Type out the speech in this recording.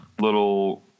little